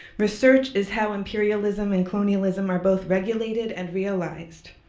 research is how imperialism and colonialism are both regulated and realized,